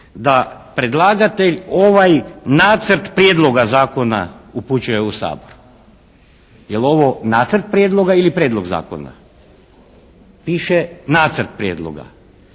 da predlagatelj ovaj Nacrt prijedloga Zakona upućuje u Sabor. Je li ovo nacrt prijedloga ili prijedlog zakona? Piše nacrt prijedloga.